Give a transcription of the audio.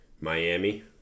Miami